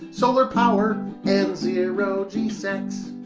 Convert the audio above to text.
solar power and zero-gee sex.